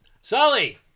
Sully